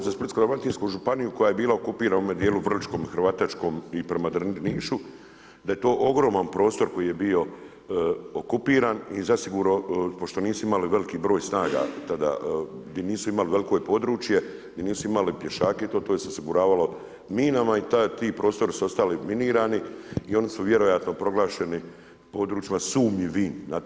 Ja ... za Splitsko-dalmatinsku županiju koja je bila okupirana u onom dijelu vrličkom, ... i prema Drnišu da je to ogroman prostor koji je bio okupiran i zasigurno, pošto nisu imali veliki broj snaga tada, di nisu imali, veliko je područje, di nisu imali pješake i to je se osiguravalo minama i ti prostori su ostali minirani i oni su vjerojatno proglašeni područjima sumnjivim.